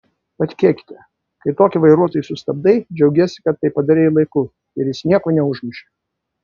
patikėkite kai tokį vairuotoją sustabdai džiaugiesi kad tai padarei laiku ir jis nieko neužmušė